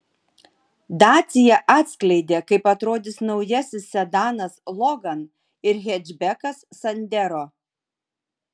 dacia atskleidė kaip atrodys naujasis sedanas logan ir hečbekas sandero